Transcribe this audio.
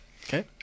Okay